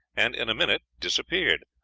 and in a minute disappeared,